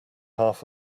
half